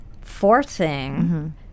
forcing